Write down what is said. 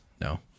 no